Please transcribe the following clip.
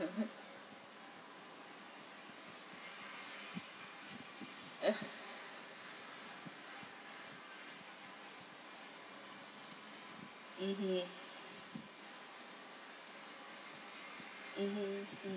mmhmm (uh huh) mmhmm mmhmm mm